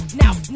now